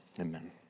Amen